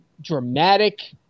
dramatic